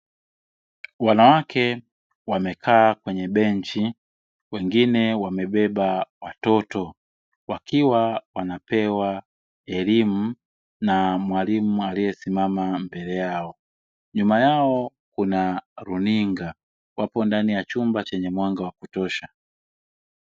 Wanawake wamekaa kwenye benchi wengine wamebeba watoto wakiwa wanapewa elimu na mwalimu aliyesimama mbele yao, nyuma yao kuna runinga wapo ndani ya chumba chenye mwanga wa kutosha.